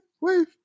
Wave